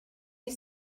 you